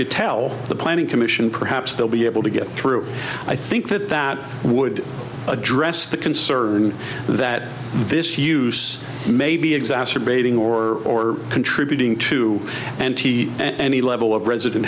to tell the planning commission perhaps they'll be able to get through i think that that would address the concern that this use may be exacerbating or contributing to and t and the level of resident